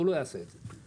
אבל הוא לא יעשה את זה.